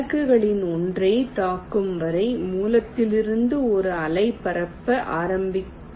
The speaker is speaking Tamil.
இலக்குகளில் ஒன்றைத் தாக்கும் வரை மூலத்திலிருந்து ஒரு அலை பரப்ப ஆரம்பிக்கட்டும்